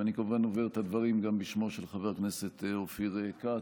ואני כמובן אומר הדברים גם בשמו של חבר הכנסת אופיר כץ,